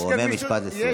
הוא אומר משפט לסיום.